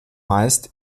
meist